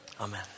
Amen